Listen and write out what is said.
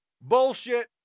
Bullshit